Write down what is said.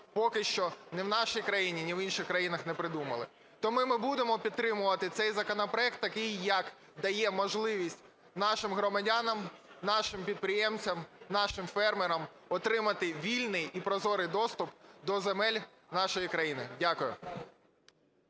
поки що ні в нашій країні, ні в інших країнах не придумали. Тому ми будемо підтримувати цей законопроект, так як дає можливість нашим громадянам, нашим підприємцям, нашим фермерам отримати вільний і прозорий доступ до земель нашої країни. Дякую.